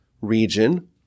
region